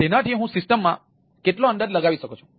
તેનાથી હું સિસ્ટમમાં કેટલો અંદાજ લગાવી શકું છું